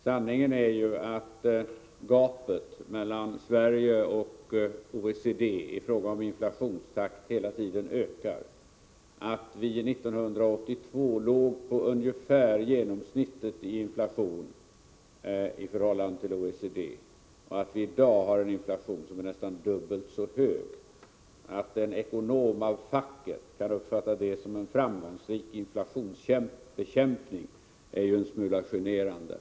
Sanningen är att gapet mellan Sverige och OECD i fråga om inflationstakt hela tiden ökar, att vår inflation 1982 låg på ett ungefärligt genomsnitt i förhållande till OECD och att vi i dag har en inflation som är nästan dubbelt så hög. Att en ekonom av facket kan uppfatta det som en framgångsrik inflationsbekämpning är en smula generande.